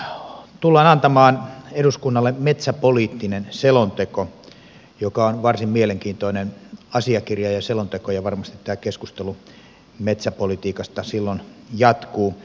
helmikuussa tullaan antamaan eduskunnalle metsäpoliittinen selonteko joka on varsin mielenkiintoinen asiakirja ja selonteko ja varmasti tämä keskustelu metsäpolitiikasta silloin jatkuu